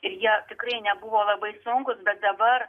ir jie tikrai nebuvo labai sunkūs bet dabar